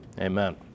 Amen